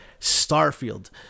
Starfield